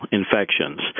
infections